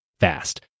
Fast